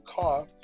car